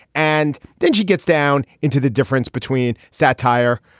and then she gets down into the difference between satire,